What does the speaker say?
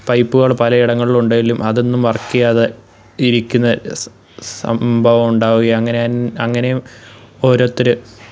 പൈപ്പുകള് പല ഇടങ്ങളിൽ ഉണ്ടെങ്കിലും അതൊന്നും വര്ക്ക് ചെയ്യാതെ ഇരിക്കുന്ന സംഭവം ഉണ്ടാവുകയും അങ്ങനെയും ഓരോരുത്തർ